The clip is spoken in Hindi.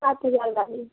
सात हज़ार